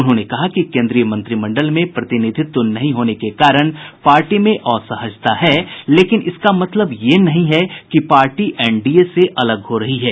उन्होंने कहा कि केन्द्रीय मंत्रिमंडल में प्रतिनिधित्व नहीं होने के कारण पार्टी में असहजता है लेकिन इसका मतलब ये नहीं है कि पार्टी एनडीए से अलग हो रही है